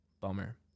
Bummer